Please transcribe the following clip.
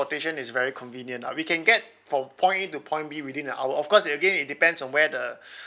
is very convenient ah we can get from point A to point B within an hour of course it again it depends on where the